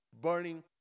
burning